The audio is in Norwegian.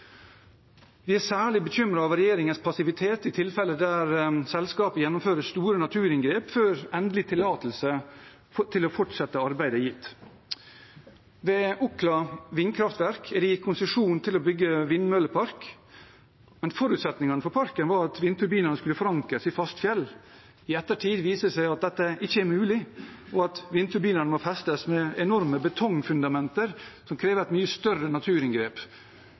Vi er særlig bekymret over regjeringens passivitet i tilfeller der selskaper gjennomfører store naturinngrep før endelig tillatelse til å fortsette arbeidet er gitt. Okla vindkraftverk er gitt konsesjon til å bygge vindmøllepark, men forutsetningen for parken var at vindturbinene skulle forankres i fast fjell. I ettertid viser det seg at dette ikke er mulig, og at vindturbinene må festes med enorme betongfundamenter, noe som krever et mye større naturinngrep.